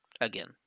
Again